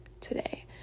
today